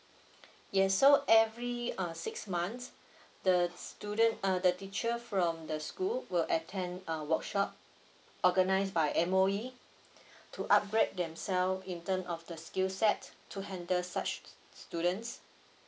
yes so every uh six months the student uh the teacher from the school will attend uh workshop organised by M_O_E to upgrade themselves in term of the skill set to handles such students